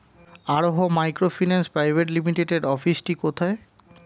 আরোহন microfinance private লিমিটেডের অফিসটি কোথায়?